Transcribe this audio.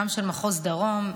גם של מחוז דרום,